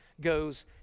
goes